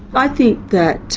i think that